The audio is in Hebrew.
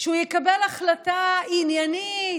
שהוא יקבל החלטה עניינית,